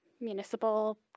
municipal